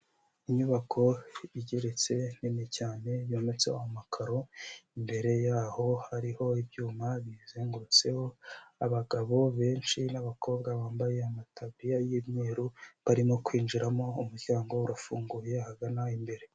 Inyubako igeretse nini cyane yometseho amakaro, imbere yaho hariho ibyuma biyizengurutseho, abagabo benshi n'abakobwa bambaye amataburiya y'umweru barimo kwinjiramo, umuryango urafunguye ahagana imbere.